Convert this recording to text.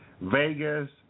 Vegas